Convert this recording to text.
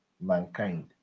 mankind